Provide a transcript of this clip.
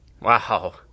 Wow